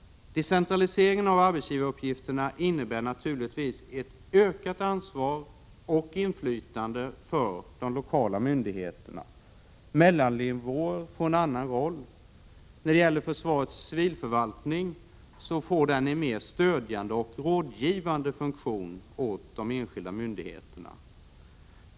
Decentraliseringen av arbetsgivaruppgifterna innebär naturligtvis ett ökat ansvar och inflytande för de lokala myndigheterna. Mellannivåer får en annan roll. Försvarets civilförvaltning får en mer stödjande och rådgivande funktion gentemot de enskilda myndigheterna.